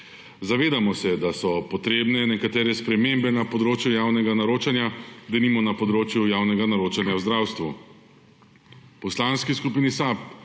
Zavedamo se, da so potrebne nekatere spremembe na področju javnega naročanja, denimo na področju javnega naročanja v zdravstvu.